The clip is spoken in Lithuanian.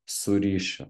su ryšiu